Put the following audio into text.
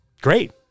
great